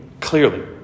clearly